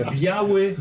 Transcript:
biały